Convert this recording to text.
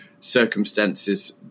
circumstances